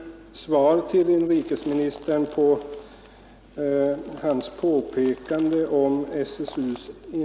att nedbringa ungdomsarbetslösheten att nedbringa ungdomsarbetslösheten